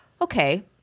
Okay